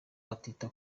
batita